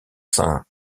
saints